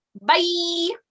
Bye